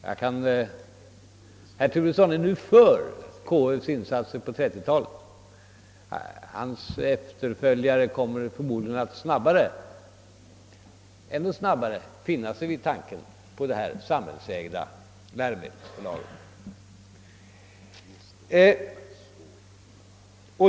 Herr Turesson är nu belåten med KF:s insatser på 1930-talet, och hans efterföljare kommer förmodligen att ännu snabbare finna sig i tanken på det här samhällsägda läromedelsförlaget.